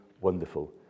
wonderful